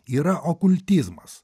yra okultizmas